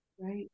Right